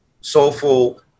soulful